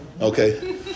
Okay